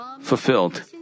fulfilled